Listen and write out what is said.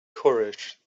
courage